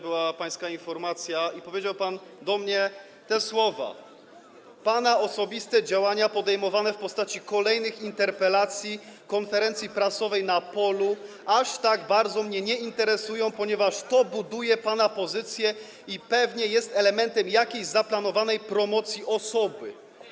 Była pańska informacja i powiedział pan do mnie te słowa: pana osobiste działania podejmowane w postaci kolejnych interpelacji, konferencji prasowej na polu aż tak bardzo mnie nie interesują, ponieważ to buduje pana pozycję i pewnie jest elementem jakiejś zaplanowanej promocji osoby.